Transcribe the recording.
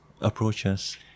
approaches